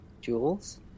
jewels